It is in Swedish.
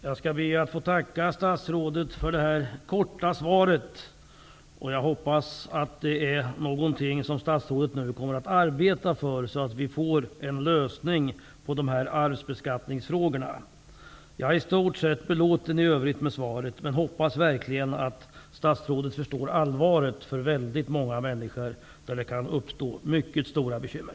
Jag skall be att få tacka statsrådet för det här korta svaret. Jag hoppas att det här är någonting som statsrådet nu kommer att arbeta för så att vi får en lösning på dessa arvsbeskattningsfrågor. I övrigt är jag i stort sett belåten med svaret, men jag hoppas verkligen att statsrådet förstår allvaret i att det för många människor kan uppstå mycket stora bekymmer.